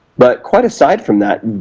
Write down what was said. but quite aside from that,